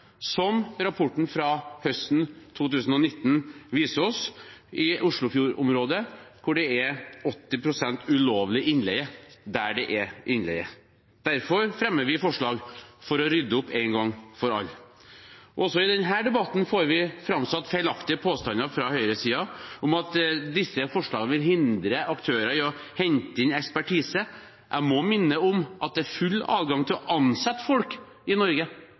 som rapporten fra høsten 2019 viste oss, i Oslofjord-området, hvor det er 80 pst. ulovlig innleie der det er innleie. Derfor fremmer vi forslag for å rydde opp en gang for alle. Også i denne debatten får vi framsatt feilaktige påstander fra høyresiden om at disse forslagene vil hindre aktører i å hente inn ekspertise. Jeg må minne om at det er full adgang til å ansette folk i Norge